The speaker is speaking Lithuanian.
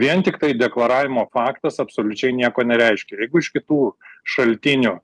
vien tiktai deklaravimo faktas absoliučiai nieko nereiškia jeigu iš kitų šaltinių